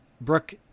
Brooke